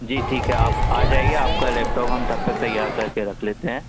जी ठीक है आप आ जाइए आपका लैपटॉप हम तब तक तैयार कर के रख लेते हैं